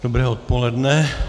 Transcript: Dobré odpoledne.